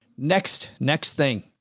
next, next thing.